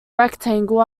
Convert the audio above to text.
rectangle